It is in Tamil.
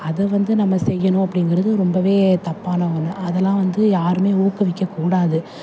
அதை வந்து நம்ம செய்யணும் அப்டிங்கிறது ரொம்பவே தப்பான ஒன்று அதெல்லாம் வந்து யாருமே ஊக்குவிக்கக்கூடாது